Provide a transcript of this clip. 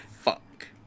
fuck